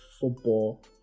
football